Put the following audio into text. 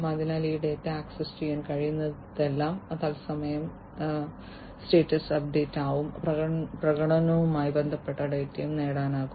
അതിനാൽ ഈ data access ചെയ്യാൻ കഴിയുന്നിടത്തെല്ലാം തത്സമയം സ്റ്റാറ്റസ് അപ്ഡേറ്റുകളും പ്രകടനവുമായി ബന്ധപ്പെട്ട ഡാറ്റയും നേടാനാകും